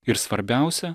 ir svarbiausia